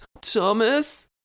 Thomas